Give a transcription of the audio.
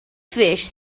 fish